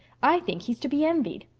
i think he's to be envied.